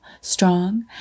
strong